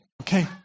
Okay